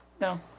No